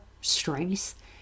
strengths